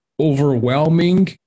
Overwhelming